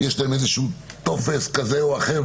יש להם איזשהו טופס כזה או אחר,